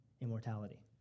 immortality